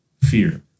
fear